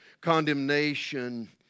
Condemnation